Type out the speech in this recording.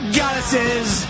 goddesses